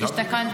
יש כאן,